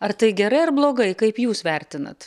ar tai gerai ar blogai kaip jūs vertinat